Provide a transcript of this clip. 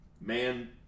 man